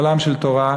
עולם של תורה.